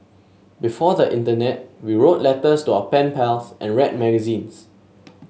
before the internet we wrote letters to our pen pals and read magazines